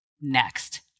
next